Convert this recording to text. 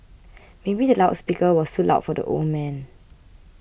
maybe the loud speaker was too loud for the old man